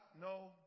No